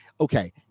okay